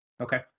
Okay